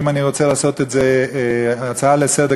שאם אני רוצה לעשות את זה הצעה לסדר,